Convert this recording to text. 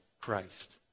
Christ